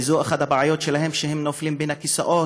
וזו אחת הבעיות שלהם: הם נופלים בין הכיסאות.